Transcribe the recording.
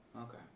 Okay